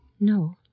No